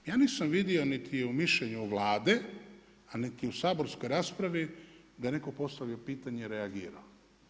Ja nisam vidio niti u mišljenju Vlade, a niti u saborskoj raspravi, da je netko postavio pitanje i reagirao.